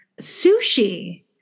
sushi